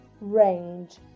range